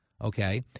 Okay